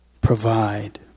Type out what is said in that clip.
provide